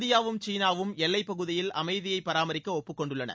இந்தியாவும் சீனாவும் எல்லை பகுதியில் அமைதியை பராமரிக்க ஒப்புக்கொண்டுள்ளன